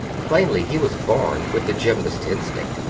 plainly he was born with the gymnast instinct,